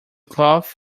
cloth